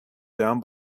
down